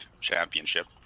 championship